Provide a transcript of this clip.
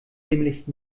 nämlich